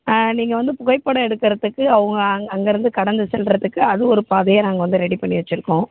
நீங்கள் வந்து புகைப்படம் எடுக்கிறத்துக்கு அவங்க அங் அங்கேருந்து கடந்து செல்றதுக்கு அது ஒரு பாதையாக நாங்கள் வந்து ரெடி பண்ணி வச்சுருக்கோம்